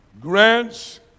grants